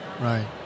Right